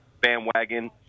bandwagon